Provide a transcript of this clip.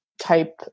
type